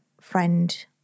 friend